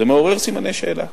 זה מעורר סימני שאלה.